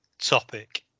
topic